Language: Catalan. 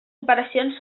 operacions